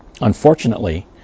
Unfortunately